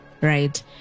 Right